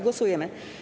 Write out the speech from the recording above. Głosujemy.